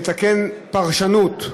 לתקן פרשנות,